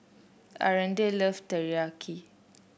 Aretha love Teriyaki